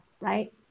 right